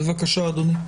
בבקשה, אדוני.